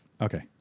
Okay